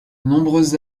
nombreuses